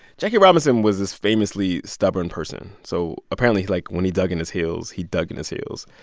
jackie robinson was this famously stubborn person. so apparently, he, like, when he dug in his heels, he dug in his heels.